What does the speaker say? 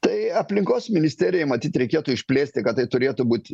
tai aplinkos ministerijai matyt reikėtų išplėsti kad tai turėtų būti